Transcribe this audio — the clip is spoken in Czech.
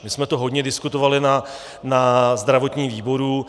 My jsme to hodně diskutovali na zdravotním výboru.